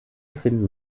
finden